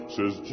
Says